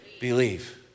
believe